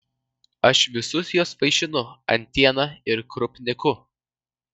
aš visus juos vaišinu antiena ir krupniku